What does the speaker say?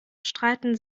streiten